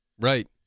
right